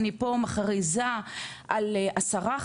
אני פה מכריזה על עשרה,